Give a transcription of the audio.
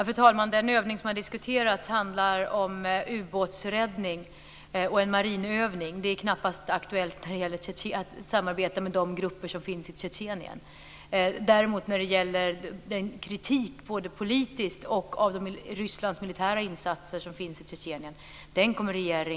Fru talman! Den övning som har diskuterats handlar om ubåtsräddning och en marinövning. Det är knappast aktuellt att samarbeta med de grupper som finns i Tjetjenien. Regeringen kommer självfallet att fortsätta att framföra kritik både politisk och när det gäller Rysslands militära insatser i Tjetjenien.